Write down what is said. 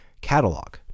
catalog